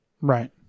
Right